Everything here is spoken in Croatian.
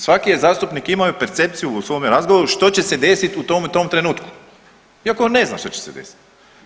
Svaki je zastupnik imao percepciju u svome razgovoru što će se desiti u tom i tom trenutku, iako on ne zna što će se desiti.